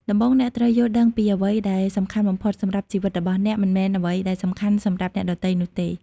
ដំបូង អ្នកត្រូវយល់ដឹងពីអ្វីដែលសំខាន់បំផុតសម្រាប់ជីវិតរបស់អ្នក មិនមែនអ្វីដែលសំខាន់សម្រាប់អ្នកដទៃនោះទេ។